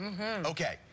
Okay